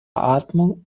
atmung